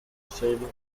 shaving